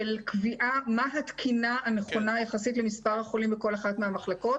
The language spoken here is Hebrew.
של קביעה מה התקינה הנכונה יחסית למספר החולים בכל אחת מהמחלקות.